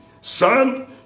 Son